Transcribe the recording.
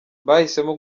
bahisemo